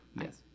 Yes